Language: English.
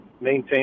maintain